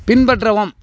பின்பற்றவும்